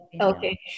okay